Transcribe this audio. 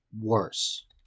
worse